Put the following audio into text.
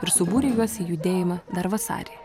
ir subūrė juos į judėjimą dar vasarį